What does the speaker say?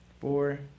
four